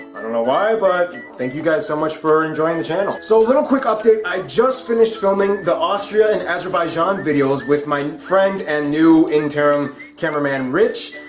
i don't know why, but thank you guys so much for enjoying the channel. so little quick update i just finished filming the austria and azerbaijan videos with my friend and new intern cameraman rich,